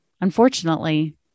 Unfortunately